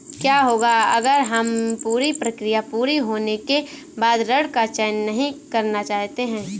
क्या होगा अगर हम पूरी प्रक्रिया पूरी होने के बाद ऋण का चयन नहीं करना चाहते हैं?